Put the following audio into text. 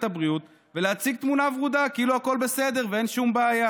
הבריאות ולהציג תמונה ורודה כאילו הכול בסדר ואין שום בעיה.